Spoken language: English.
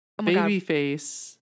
Babyface